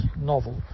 novel